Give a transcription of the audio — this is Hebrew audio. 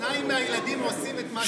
שניים מהילדים עושים את מה שאתה לא עשית.